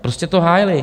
Prostě to hájili.